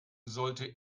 sollte